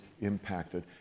impacted